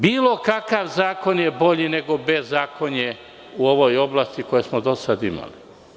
Bilo kakav zakon je bolji od bezakonja u ovoj oblasti koje smo do sada imali.